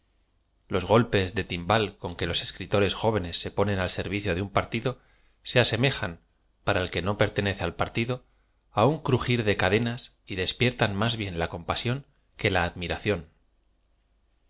los golpes de tim bal con que los escritores jóvenes se ponen al servicio de un partido se asemejan para el que no pertenece a l partido á un erigir de cadenas y despiertan más bien la compasión que la